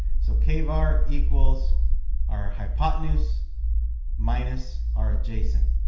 so kvar equals our hypotenuse minus our adjacent.